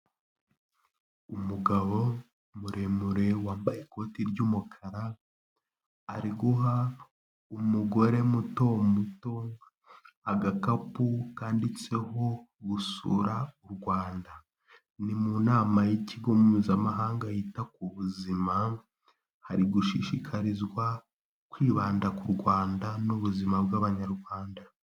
Umugabo muremure wambaye ikoti ry'umukara, ari guha umugore muto muto agakapu kanditseho gusura u Rwanda. Ni mu nama y'Ikigo Mpuzamahanga yita ku buzima, hari gushishikarizwa kwibanda ku Rwanda n'ubuzima bw'Abanyarwanda.